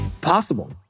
possible